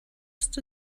ist